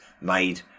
made